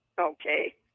Okay